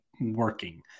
working